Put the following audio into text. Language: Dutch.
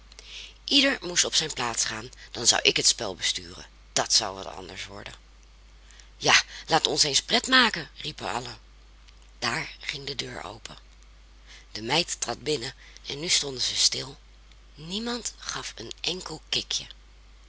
ieder moest op zijn plaats gaan dan zou ik het spel besturen dat zou wat anders worden ja laat ons eens pret maken riepen allen daar ging de deur open de meid trad binnen en nu stonden zij stil niemand gaf een enkel kikje